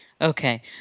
Okay